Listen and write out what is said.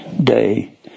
day